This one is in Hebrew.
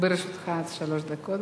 לרשותך עד שלוש דקות.